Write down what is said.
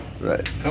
Right